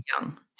young